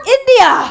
India